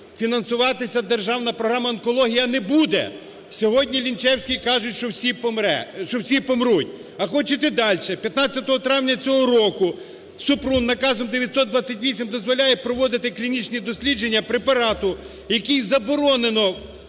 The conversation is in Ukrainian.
фінансуватися державна програма онкології не буде. Сьогодні Лінчевський каже, що всі помруть. А хочете дальше? 15 травня цього року Супрун Наказом 928 дозволяє проводити клінічні дослідження препарату, який заборонено